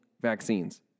vaccines